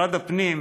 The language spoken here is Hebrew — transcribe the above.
משרד הפנים,